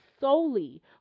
solely